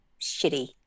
shitty